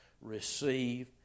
receive